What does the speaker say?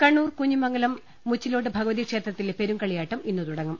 കണ്ണൂർ കുഞ്ഞിമംഗലം മുച്ചിലോട്ട് ഭഗവതി ക്ഷേത്രത്തിലെ പെരുങ്കളിയാട്ടം ഇന്ന് തുടങ്ങും